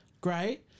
Great